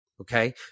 okay